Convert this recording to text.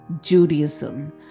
Judaism